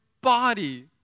body